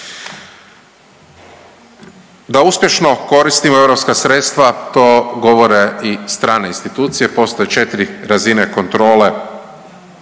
Da uspješno koristimo EU sredstva, to govore i strane institucije, postoje 4 razine kontrole,